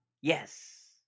Yes